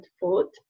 food